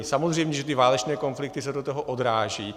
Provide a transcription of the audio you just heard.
Samozřejmě že ty válečné konflikty se do toho odrážejí.